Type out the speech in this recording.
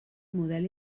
model